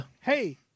hey